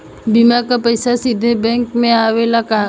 बीमा क पैसा सीधे बैंक में आवेला का?